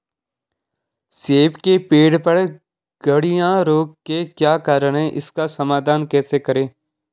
सेब के पेड़ पर गढ़िया रोग के क्या कारण हैं इसका समाधान कैसे करें?